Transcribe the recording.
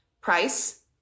Price